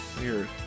Weird